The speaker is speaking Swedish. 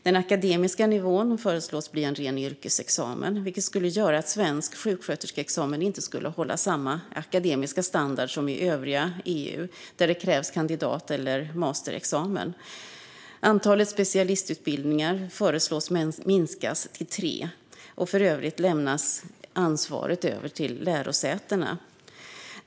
Den akademiska nivån föreslås bli en ren yrkesexamen, vilket skulle göra att en svensk sjuksköterskeexamen inte skulle hålla samma akademiska standard som i övriga EU, där det krävs kandidat eller masterexamen. Antalet specialistutbildningar föreslås minska till tre. I övrigt lämnas ansvaret över till lärosätena.